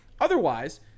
Otherwise